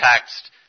text